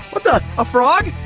what the! a frog?